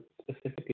specifically